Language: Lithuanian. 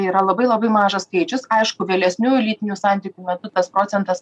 tai yra labai labai mažas skaičius aišku vėlesnių lytinių santykių metu tas procentas